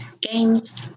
games